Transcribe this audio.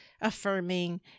affirming